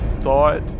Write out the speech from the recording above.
thought